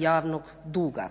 javnog duga.